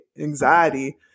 anxiety